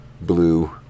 blue